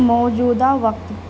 موجودہ وقت